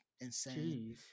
insane